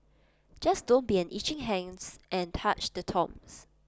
just don't be an itchy hands and touch the tombs